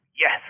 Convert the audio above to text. Yes